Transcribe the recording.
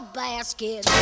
basket